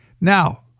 Now